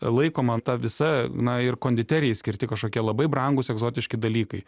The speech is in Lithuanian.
laikoma ta visa na ir konditerijai skirti kažkokie labai brangūs egzotiški dalykai